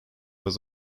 was